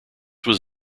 was